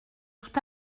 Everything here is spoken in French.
tout